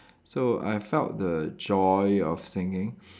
so I felt the joy of singing